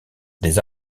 des